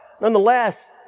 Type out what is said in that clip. nonetheless